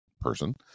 person